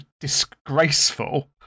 disgraceful